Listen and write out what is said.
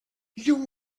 you